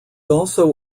also